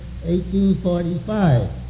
1845